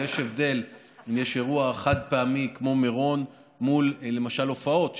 ויש הבדל בין אירוע חד-פעמי כמו מירון לבין הופעות,